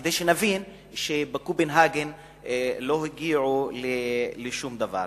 כדי שנבין שבקופנהגן לא הגיעו לשום דבר.